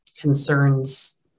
concerns